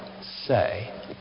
say